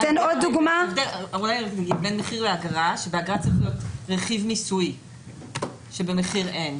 ההבדל בין מחיר לאגרה הוא שבאגרה צריך להיות רכיב מיסויי ובמחיר אין.